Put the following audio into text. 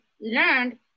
learned